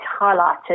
highlighted